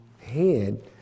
head